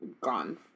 gone